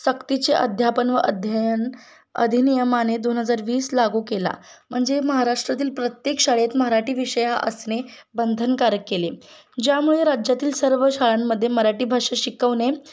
सक्तीचे अध्यापन व अध्ययन अधिनियमाने दोन हजार वीस लागू केला म्हणजे महाराष्ट्रातील प्रत्येक शाळेत मराठी विषय हा असणे बंधनकारक केले ज्यामुळे राज्यातील सर्व शाळांमध्ये मराठी भाषा शिकवणे